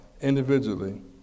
individually